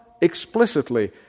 explicitly